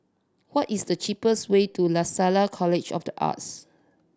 what is the cheapest way to Lasalle College of The Arts